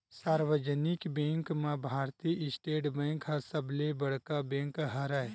सार्वजनिक बेंक म भारतीय स्टेट बेंक ह सबले बड़का बेंक हरय